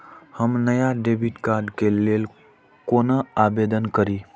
हम नया debit card के लल कौना आवेदन करि?